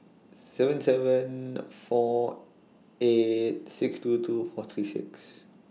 seven seven four eight six two two four three six